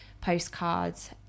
postcards